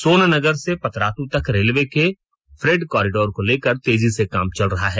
सोननगर से पतरातु तक रेलवे के फ्रेड कॉरिडोर को लेकर तेजी से काम चल रहा है